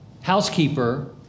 housekeeper